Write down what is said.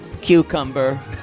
Cucumber